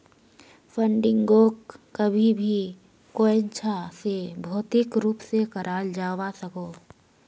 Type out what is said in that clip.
फंडिंगोक कभी भी कोयेंछा से भौतिक रूप से कराल जावा सकोह